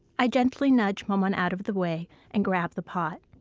i gently nudge maman out of the way and grab the pot.